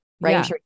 right